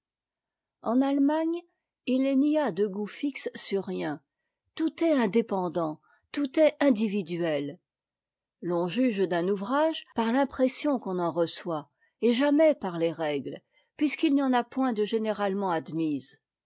eu allemagne il n'y a de goût fixe sur rien tout est indépendant tout est individuel l'on juge d'un ouvrage par l'impression qu'on en reçoit et jamais par les règles puisqu'il n'y en a point de génératement admises